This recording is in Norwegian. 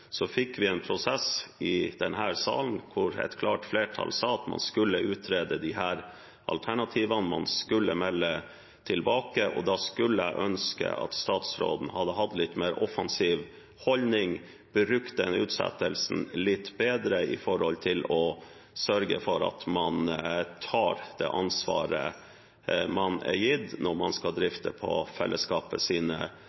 så fikk en prosess i denne salen hvor et klart flertall sa at man skulle utrede disse alternativene, man skulle melde tilbake – da skulle jeg ønske at statsråden hadde hatt en litt mer offensiv holdning og brukt den utsettelsen litt bedre med hensyn til å sørge for at man tar det ansvaret man er gitt når man skal